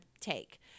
take